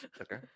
Okay